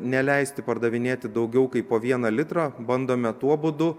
neleisti pardavinėti daugiau kaip po vieną litrą bandome tuo būdu